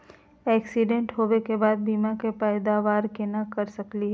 Accident होवे के बाद बीमा के पैदावार केना कर सकली हे?